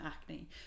acne